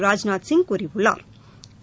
ராஜ்நாத் சிங் கூறியுள்ளாா்